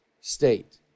state